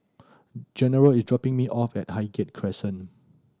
General is dropping me off at Highgate Crescent